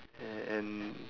and and